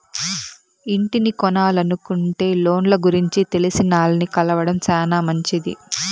ఇంటిని కొనలనుకుంటే లోన్ల గురించి తెలిసినాల్ని కలవడం శానా మంచిది